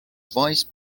vice